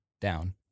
Down